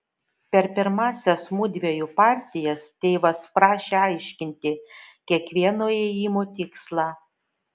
per pirmąsias mudviejų partijas tėvas prašė aiškinti kiekvieno ėjimo tikslą